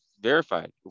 verified